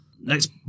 next